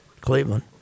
Cleveland